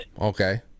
Okay